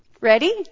Ready